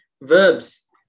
verbs